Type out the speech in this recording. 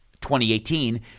2018